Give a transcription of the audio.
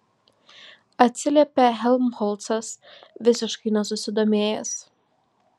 atsiliepė helmholcas visiškai nesusidomėjęs